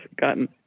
gotten